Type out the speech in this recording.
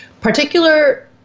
particular